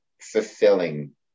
fulfilling